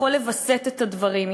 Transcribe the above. שיכול לווסת את הדברים,